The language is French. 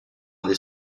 des